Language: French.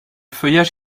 feuillage